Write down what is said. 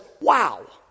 wow